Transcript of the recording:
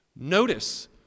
Notice